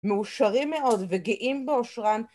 מאושרים מאוד וגאים באושרן